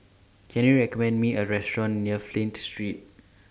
Can YOU recommend Me A Restaurant near Flint Street